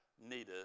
needed